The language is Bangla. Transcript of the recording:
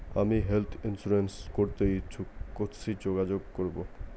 আমি হেলথ ইন্সুরেন্স করতে ইচ্ছুক কথসি যোগাযোগ করবো?